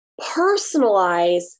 personalize